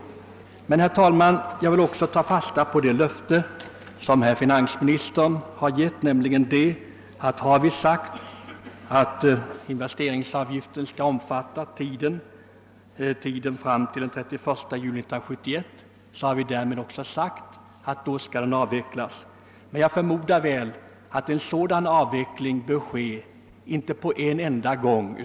Herr talman! Jag vill också ta fasta på det löfte som finansministern givit: när man sagt att investeringsavgiften skall gälla fram till den 30 juni 1971 så har man därmed också sagt att den skall avvecklas då. Men jag förmodar att en sådan avveckling inte bör ske på en enda gång.